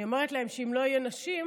אני אומרת להם שאם לא יהיו נשים,